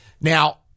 Now